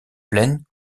plaine